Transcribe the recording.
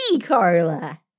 Carla